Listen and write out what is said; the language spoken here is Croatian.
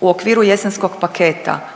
U okviru jesenskog paketa